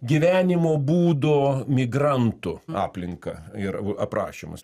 gyvenimo būdo migrantų aplinką ir aprašymus